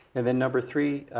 and then number three,